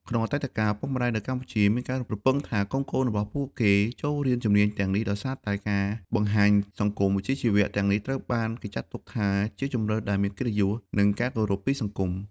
ក្នុងអតីតកាល ឪពុកម្ដាយនៅកម្ពុជាមានការរំពឹងថាកូនៗរបស់ពួកគេចូលរៀនជំនាញទាំងនេះដោយសារតែការបង្ហាញសង្គមវិជ្ជាជីវៈទាំងនេះត្រូវបានគេចាត់ទុកថាជាជម្រើសដែលមានកិត្តិយស និងការគោរពពីសង្គម។